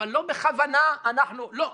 אבל לא בכוונה אנחנו: "לא,